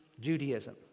Judaism